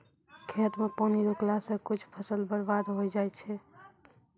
खेत मे पानी रुकला से कुछ फसल बर्बाद होय जाय छै